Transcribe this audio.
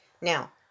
Now